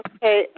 Okay